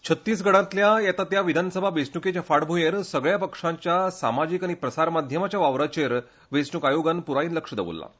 छत्तीसगडांतल्या येता त्या विधानसभा वेंचणुकेचे फाटभूंयेर सगल्या पक्षाच्या समाजीक आनी प्रसारमाध्यमाच्या वापराचेर वेंचणूक आयोगान प्रायेन लक्ष दवरलां